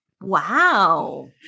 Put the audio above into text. wow